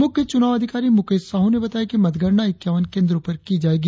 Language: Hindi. मुख्य चुनाच अधिकारी मुकेश साहू ने बताया कि मतगणना इक्यावन केंद्रों पर की जाएगी